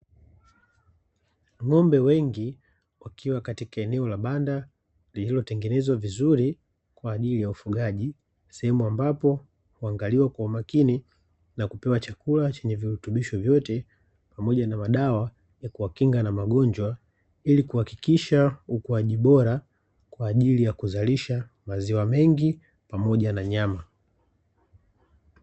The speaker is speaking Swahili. Ng'ombe wengi wakiwa katika eneo la banda lilotengenezwa vizuri kwa ajili ya ufugaji, sehemu ambapo huangaliwa kwa umakini na kupewa chakula chenye virutubisho vyote pamoja na madawa ya kuwakinga na magonjwa; ili kuhakikisha ukuaji bora kwa ajili ya kuzalisha maziwa mengi pamoja na nyama.